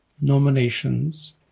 nominations